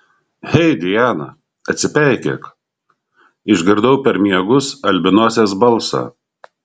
hei diana atsipeikėk išgirdau per miegus albinosės balsą